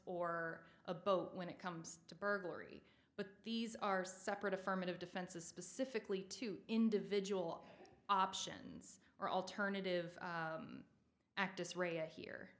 or a boat when it comes to burglary but these are separate affirmative defenses specifically to individual options or alternative